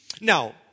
Now